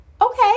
okay